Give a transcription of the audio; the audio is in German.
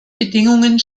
bedingungen